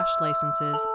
licenses